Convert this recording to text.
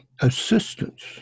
assistance